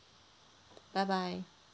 bye bye